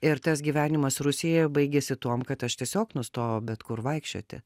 ir tas gyvenimas rusijoje baigėsi tuom kad aš tiesiog nustojau bet kur vaikščioti